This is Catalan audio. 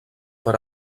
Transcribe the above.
per